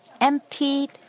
emptied